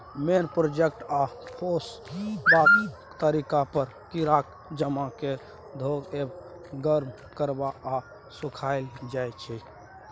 मेन product आ पोसबाक तरीका पर कीराकेँ जमा कए धोएब, गर्म करब आ सुखाएल जाइ छै